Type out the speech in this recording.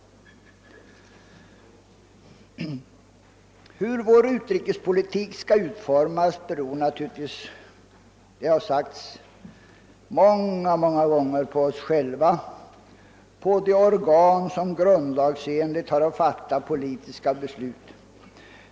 Hur vår utrikespolitik skall utformas beror — det har sagts många gånger tidigare — på oss själva, på de organ som grundlagsenligt har att fatta politiska beslut.